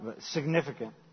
significant